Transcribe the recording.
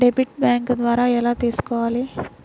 Debit bank ద్వారా ఎలా తీసుకోవాలి?